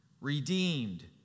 redeemed